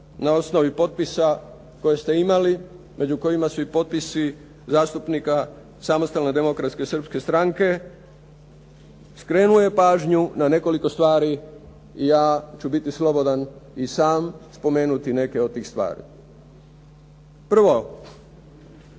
na osnovi potpisa koje ste imali, među kojima su i potpisi zastupnika Samostalne Demokratske Srpske Stranke skrenuo je pažnju na nekoliko stvari i ja ću biti slobodan i sam spomenuti neke od tih stvari. Prvo,